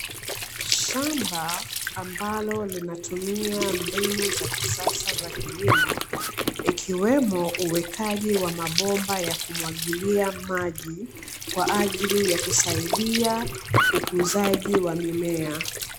Shamba ambalo linatumia mbinu za kisasa za kilimo, ikiwemo uwekaji wa mabomba ya kumwagilia maji kwa ajili ya kusaidia ukuzaji wa mimea.